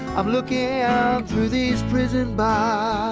i'm looking through these prison bars